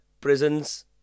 prisons